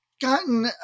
gotten